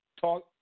Talk